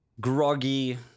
groggy